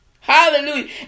hallelujah